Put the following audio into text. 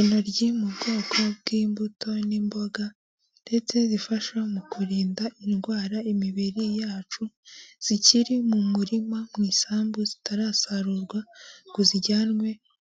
Intoryi ni ubwoko bw'imbuto n'imboga ndetse zifasha mu kurinda indwara imibiri yacu zikiri mu murima mu isambu zitarasarurwa ngo zijyanwe